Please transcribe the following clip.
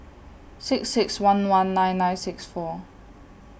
six six one one nine nine six four